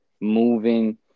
moving